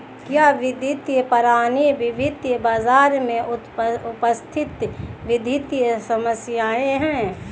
क्या वित्तीय प्रणाली वित्तीय बाजार में उपस्थित वित्तीय संस्थाएं है?